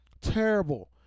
Terrible